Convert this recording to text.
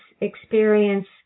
experience